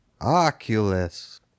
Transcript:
Oculus